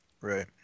Right